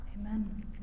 Amen